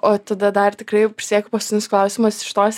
o tada dar tikrai jau prisiekiu paskutinis klausimas iš tos